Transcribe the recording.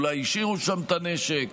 אולי הם השאירו שם את הנשק,